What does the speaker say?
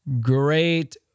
Great